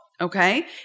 okay